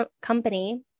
company